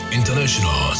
international